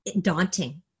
daunting